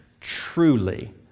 truly